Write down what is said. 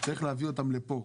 צריך להביא אותם לפה.